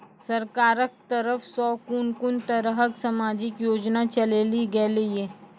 सरकारक तरफ सॅ कून कून तरहक समाजिक योजना चलेली गेलै ये?